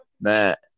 Matt